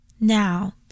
Now